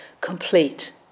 complete